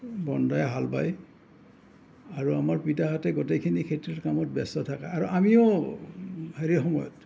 বন্ধাই হাল বাই আৰু আমাৰ পিতাহঁতে গোটেইখিনি খেতিৰ কামত ব্যস্ত থাকে আৰু আমিও হেৰি সময়ত